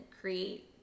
create